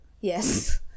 Yes